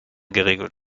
geregelt